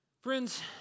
Friends